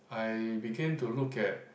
I begin to look at